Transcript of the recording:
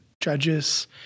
judges